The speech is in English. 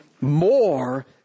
more